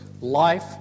life